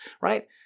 right